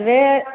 द्वे